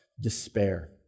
despair